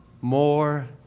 more